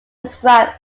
describe